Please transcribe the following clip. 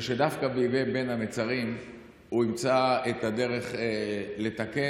ושדווקא בימי בין המצרים הוא ימצא את הדרך לתקן.